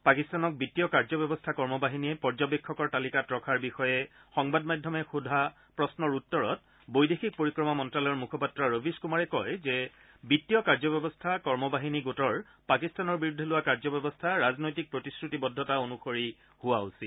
পাকিস্তানক বিন্তীয় কাৰ্য ব্যবস্থা কৰ্ম বাহিনীয়ে পৰ্যবেক্ষকৰ তালিকাত ৰখাৰ বিষয়ে সংবাদ মাধ্যমে সোধা প্ৰন্নৰ উত্তৰত বৈদেশিক পৰিক্ৰমা মন্তালয়ৰ মুখপাত্ৰ ৰবিশ কুমাৰে কয় যে বিগীয় কাৰ্য ব্যৱস্থা কৰ্ম বাহিনী গোটৰ পাকিস্তানৰ বিৰুদ্ধে লোৱা কাৰ্য ব্যৱস্থা ৰাজনৈতিক প্ৰতিশ্ৰুতিবদ্ধতা অনুসৰি হোৱা উচিত